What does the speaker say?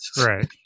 Right